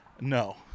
no